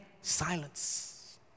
silence